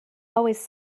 always